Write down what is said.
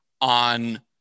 on